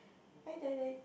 I dieded